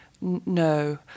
no